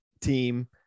team